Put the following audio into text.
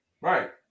Right